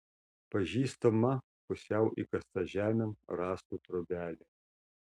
pažįstama pusiau įkasta žemėn rąstų trobelė